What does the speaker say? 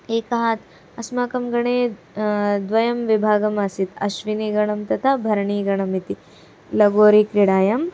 एकः अस्माकं गणे द्वयं विभागम् आसीत् अश्विनीगणं तथा भरणीगणम् इति लगोरिक्रीडायां